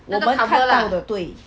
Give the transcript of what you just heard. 我们看到的对